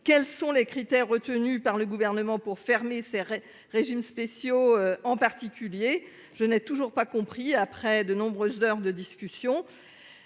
quels sont les critères retenus par le gouvernement pour fermer ces régimes spéciaux en particulier, je n'ai toujours pas compris après de nombreuses heures de discussion.